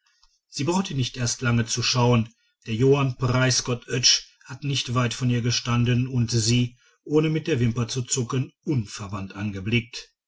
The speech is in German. sie brauchte nicht erst lange zu schauen der johann preisgott oetsch hat nicht weit von ihr gestanden und sie ohne mit der wimper zu zucken unverwandt angeblickt